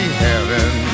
heaven